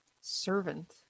Servant